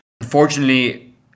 unfortunately